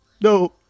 No